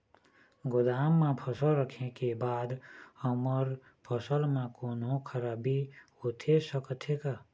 गोदाम मा फसल रखें के बाद हमर फसल मा कोन्हों खराबी होथे सकथे का?